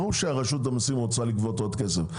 ברור שרשות המסים רוצה לגבות עוד כסף,